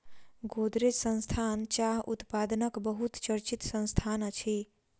गोदरेज संस्थान चाह उत्पादनक बहुत चर्चित संस्थान अछि